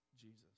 Jesus